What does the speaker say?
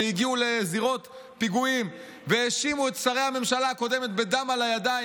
שהגיעו לזירות פיגועים והאשימו את שרי הממשלה הקודמת בדם על הידיים.